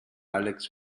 alex